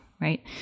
right